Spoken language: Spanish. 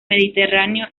mediterráneo